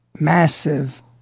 massive